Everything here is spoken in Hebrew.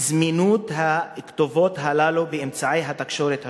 זמינות הכתובות האלה באמצעי התקשורת השונים.